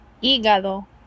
hígado